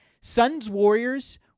Suns-Warriors